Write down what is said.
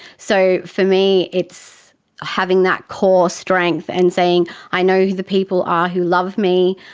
so for me it's having that core strength and saying i know who the people are who love me,